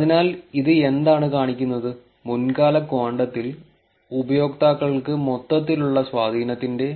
അതിനാൽ ഇത് എന്താണ് കാണിക്കുന്നത് മുൻകാല ക്വാണ്ടത്തിൽ ഉപയോക്താക്കൾക്ക് മൊത്തത്തിലുള്ള സ്വാധീനത്തിന്റെ